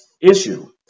issue